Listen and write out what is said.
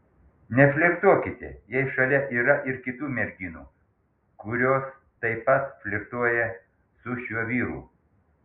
neflirtuokite jei šalia yra ir kitų merginų kurios taip pat flirtuoja su šiuo vyru